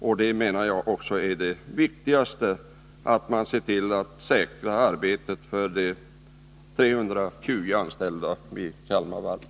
Vad som är viktigast i detta sammanhang är också just att säkra arbetena för de 320 personer som är Nr 32